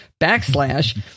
backslash